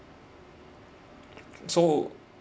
so